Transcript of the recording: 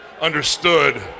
understood